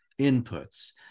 inputs